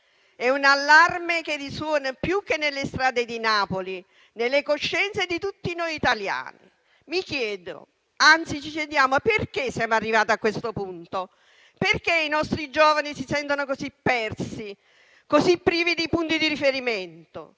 È un allarme che risuona, più che nelle strade di Napoli, nelle coscienze di tutti noi italiani. Mi chiedo, anzi ci chiediamo, perché siamo arrivati a questo punto, perché i nostri giovani si sentono così persi e così privi di punti di riferimento.